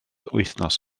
wythnos